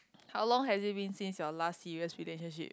how long had you been since your last serious relationship